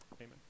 Amen